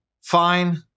fine